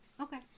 Okay